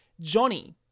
johnny